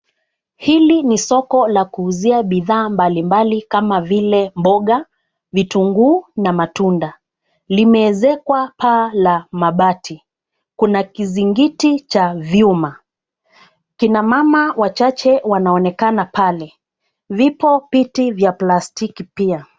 Hili ni soko la kuuzia bidhaa mbali mbali kama vile: mboga, vitunguu na matunda. Limeezekwa paa la mabati. Kuna kizingiti cha vyuma. Kina mama wachache wanaonekana pale. Vipo viti vya plastiki pia.